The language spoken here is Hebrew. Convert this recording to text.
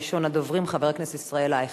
ראשון הדוברים, חבר הכנסת ישראל אייכלר.